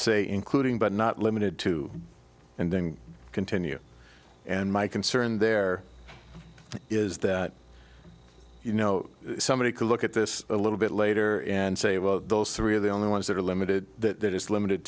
say including but not limited to and then continue and my concern there is that you know somebody can look at this a little bit later say well those three of the only ones that are limited that is limited